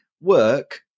work